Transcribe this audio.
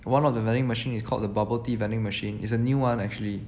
one of the vending machine is called the bubble tea vending machine is a new [one] actually